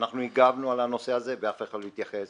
ואנחנו הגבנו על הנושא זה ואף אחד לא התייחס,